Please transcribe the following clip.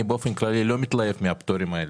אני באופן כללי לא מתלהב מהפטורים האלה,